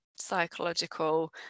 psychological